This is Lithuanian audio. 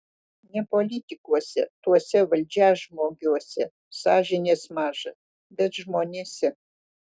ne politikuose tuose valdžiažmogiuose sąžinės maža bet žmonėse